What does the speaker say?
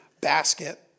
basket